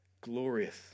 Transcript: glorious